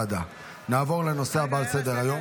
נעבור לנושא הבא על סדר-היום,